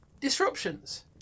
disruptions